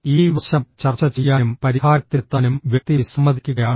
ഈ വശം ചർച്ച ചെയ്യാനും പരിഹാരത്തിലെത്താനും വ്യക്തി വിസമ്മതിക്കുകയാണ്